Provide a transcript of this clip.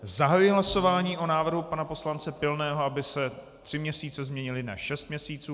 Zahajuji hlasování o návrhu pana poslance Pilného, aby se tři měsíce změnily na šest měsíců.